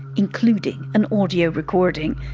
including an audio recording.